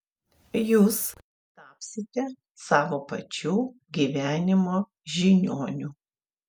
jūs tapsite savo pačių gyvenimo žiniuoniu